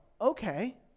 okay